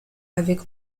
avec